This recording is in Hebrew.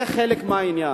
זה חלק מהעניין.